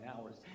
hours